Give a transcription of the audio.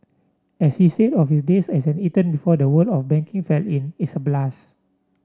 as he said of his days as an intern before the world of banking fell in it's a blast